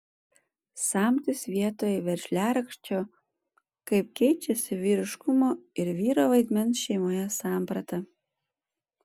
samtis vietoj veržliarakčio kaip keičiasi vyriškumo ir vyro vaidmens šeimoje samprata